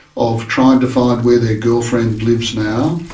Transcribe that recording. of trying to find where their girlfriend lives now,